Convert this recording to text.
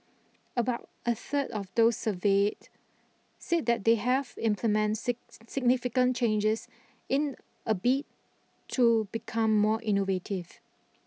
about a third of those surveyed said that they have implement sit significant changes in a bid to become more innovative